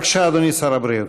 בבקשה, אדוני שר הבריאות.